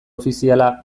ofiziala